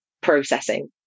processing